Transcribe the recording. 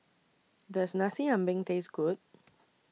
Does Nasi Ambeng Taste Good